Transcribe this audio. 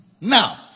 Now